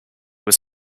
was